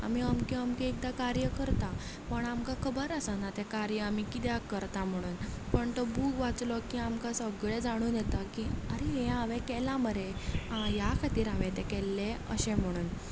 आमी अमकें अमकें एकदा कार्य करता पण आमकां खबर आसना तें कार्य आमी किद्याक करता म्हणून पण तो बूक वाचलो की आमकां सगलें जाणून येता की आरे हें हांवें केलां मरे आ ह्या खातीर हांवें तें केल्लें अशें म्हणून